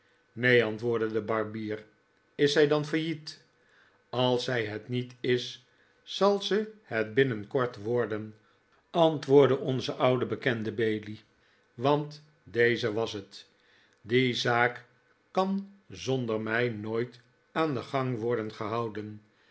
neen antwoordde de barbier is zij dan failliet rj als zij het niet is zal ze het binnenkort worden antwoordde onze oude bekende bailey want deze was het die zaak kan zonder m ij nooit aan den gang worden gehouden